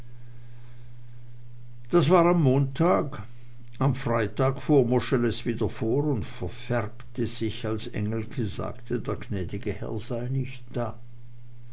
das war am montag am freitag fuhr moscheles wieder vor und verfärbte sich als engelke sagte der gnäd'ge herr sei nicht da